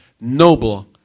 noble